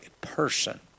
person